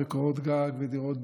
קורות גג ודירות בוגרים,